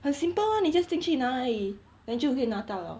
很 simple [one] 你 just 进去那而已 then 就可以拿到了